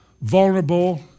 vulnerable